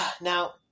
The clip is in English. Now